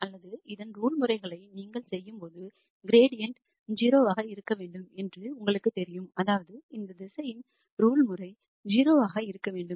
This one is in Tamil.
அல்லது இதன் ரூல்முறைகளை நீங்கள் செய்யும்போது கிரீடியண்ட் 0 ஆக இருக்க வேண்டும் என்று உங்களுக்குத் தெரியும் அதாவது இந்த திசையனின் ரூல்முறை 0 ஆக இருக்க வேண்டும்